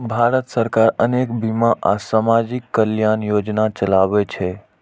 भारत सरकार अनेक बीमा आ सामाजिक कल्याण योजना चलाबै छै